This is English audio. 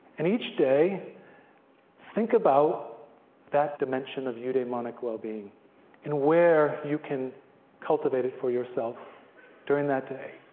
and each day think about that dimension of eudaimonic wellbeing and where you can cultivate it for yourself during that day.